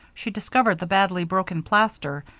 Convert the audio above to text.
she discovered the badly broken plaster,